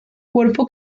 cuerpo